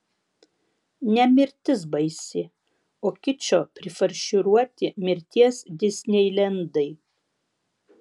ne mirtis baisi o kičo prifarširuoti mirties disneilendai